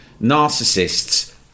narcissists